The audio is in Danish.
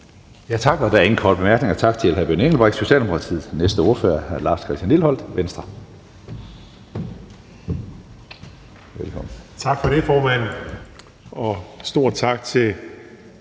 Tak for ordet, formand.